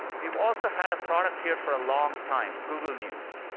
we've also had a product here for a long time google news.